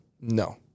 No